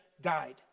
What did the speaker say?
died